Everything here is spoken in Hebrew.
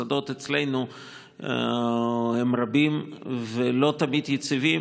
המוסדות אצלנו הם רבים ולא תמיד יציבים,